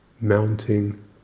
mounting